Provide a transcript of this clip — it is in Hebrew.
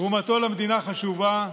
תרומתו למדינה חשובה,